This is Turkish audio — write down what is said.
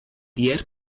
diğer